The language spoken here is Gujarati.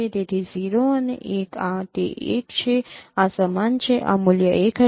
તેથી 0 અને 1 આ તે 1 છે આ સમાન છે આ મૂલ્ય 1 છે